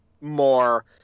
more